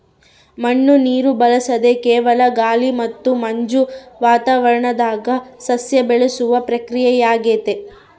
ಮಣ್ಣು ನೀರನ್ನು ಬಳಸದೆ ಕೇವಲ ಗಾಳಿ ಮತ್ತು ಮಂಜು ವಾತಾವರಣದಾಗ ಸಸ್ಯ ಬೆಳೆಸುವ ಪ್ರಕ್ರಿಯೆಯಾಗೆತೆ